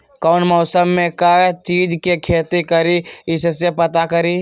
कौन मौसम में का चीज़ के खेती करी कईसे पता करी?